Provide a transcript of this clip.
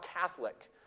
Catholic